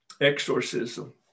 Exorcism